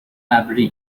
ابری